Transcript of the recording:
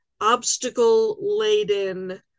obstacle-laden